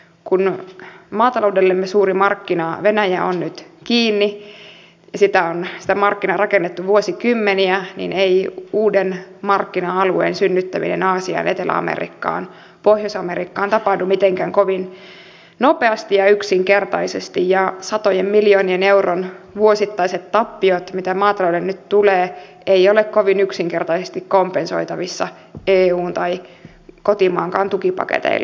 kun maataloudellemme suuri markkina venäjä on nyt kiinni ja sitä markkinaa on rakennettu vuosikymmeniä niin ei uuden markkina alueen synnyttäminen aasiaan etelä amerikkaan pohjois amerikkaan tapahdu mitenkään kovin nopeasti ja yksinkertaisesti ja satojen miljoonien eurojen vuosittaiset tappiot mitä maataloudelle nyt tulee eivät ole kovin yksinkertaisesti kompensoitavissa eun tai kotimaankaan tukipaketeilla